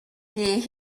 geh